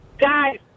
Guys